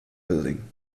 building